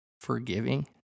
forgiving